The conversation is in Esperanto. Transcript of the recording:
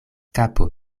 kapo